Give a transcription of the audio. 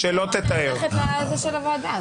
לא, לא.